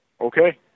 Okay